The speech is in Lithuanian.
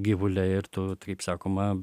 gyvuliai ir tu kaip sakoma